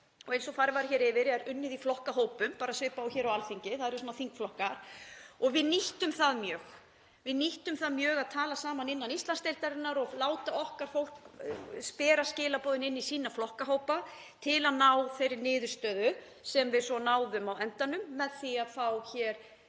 Eins og farið var yfir er unnið í flokkahópum, bara svipað og hér á Alþingi, það eru svona þingflokkar, og við nýttum það mjög. Við nýttum það mjög að tala saman innan Íslandsdeildar og láta okkar fólk koma skilaboðum inn í sína flokkahópa til að ná þeirri niðurstöðu sem við náðum á endanum með því að fá